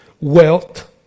wealth